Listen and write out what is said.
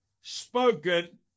spoken